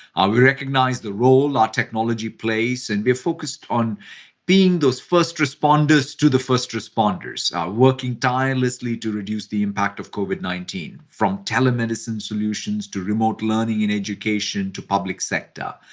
we recognize the role our technology plays and we're focused on being those first responders to the first responders working tirelessly to reduce the impact of covid nineteen from telemedicine solutions to remote learning in education to public sector.